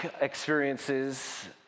experiences